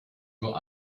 nur